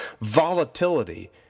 volatility